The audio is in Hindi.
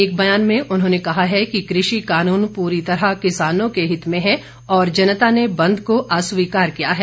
एक बयान में उन्होंने कहा है कि कृषि कानून पूरी तरह किसानों के हित में है और जनता ने बंद को अस्वीकार किया है